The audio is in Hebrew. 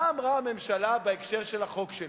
מה אמרה הממשלה בהקשר של החוק שלי?